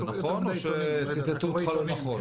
זה נכון או ציטטו אותך לא נכון?